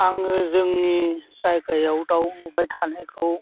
आङो जोंनि जायगायाव दाउ नुबाय थानायखौ